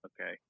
Okay